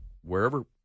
wherever